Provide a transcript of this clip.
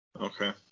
Okay